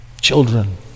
Children